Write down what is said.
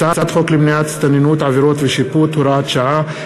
הצעת חוק למניעת הסתננות (עבירות ושיפוט) (הוראת שעה),